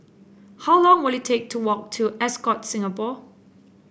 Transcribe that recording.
how long will it take to walk to Ascott Singapore